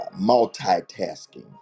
multitasking